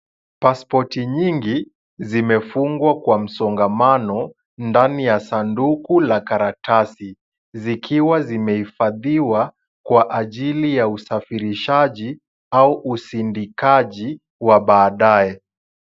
Pasipoti nyingi zimefungwa kwa msongamano ndani ya sanduku la karatasi zikiwa zimehifadhiwa kwa ajili ya usafirishaji au usindikaji wa baadae.